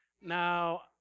Now